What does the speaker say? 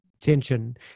tension